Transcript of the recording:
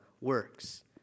works